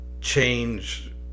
change